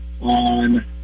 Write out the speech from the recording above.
on